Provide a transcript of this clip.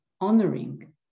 honoring